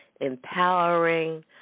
empowering